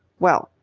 well,